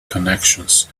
connections